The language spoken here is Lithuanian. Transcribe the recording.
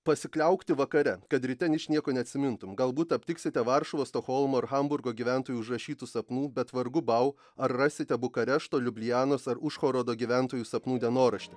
pasikliaukti vakare kad ryte ničnieko neatsimintum galbūt aptiksite varšuvos stokholmo ar hamburgo gyventojų užrašytų sapnų bet vargu bau ar rasite bukarešto liublianos ar užhorodo gyventojų sapnų dienoraštį